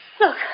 Look